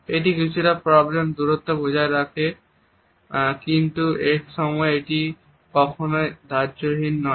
এটি কিছু প্রবলেম দূরত্ব বজায় রাখে কিন্তু একই সময়ে এটি কখনো দ্বার্থহীন নয়